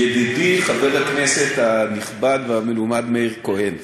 ידידי חבר הכנסת הנכבד והמלומד מאיר כהן,